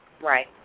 Right